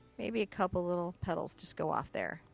maybe a couple little petals just go off there.